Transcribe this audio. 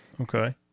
Okay